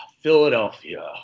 Philadelphia